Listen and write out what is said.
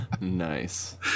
nice